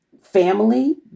family